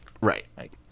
Right